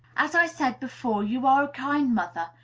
as i said before, you are a kind mother,